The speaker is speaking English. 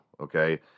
Okay